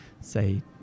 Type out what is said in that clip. say